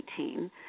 2018